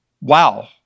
wow